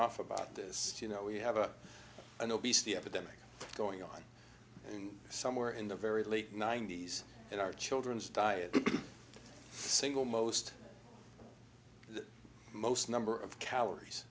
off about this you know we have a an obesity epidemic going on and somewhere in the very late ninety's and our children's diet single most the most number of calories